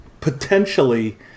potentially